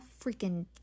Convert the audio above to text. freaking